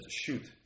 shoot